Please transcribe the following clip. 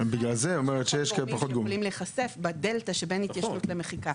ולכן פחות גורמים יכולים להיחשף בדלתא שבין התיישנות למחיקה.